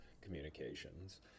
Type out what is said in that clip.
communications